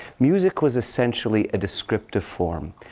music was essentially a descriptive form.